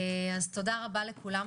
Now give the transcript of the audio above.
אז תודה רבה לכולם,